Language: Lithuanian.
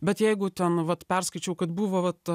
bet jeigu ten vat perskaičiau kad buvo vat